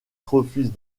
refuse